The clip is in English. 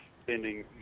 spending